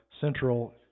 central